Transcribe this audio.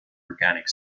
organic